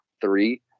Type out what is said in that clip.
three